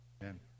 Amen